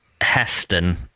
Heston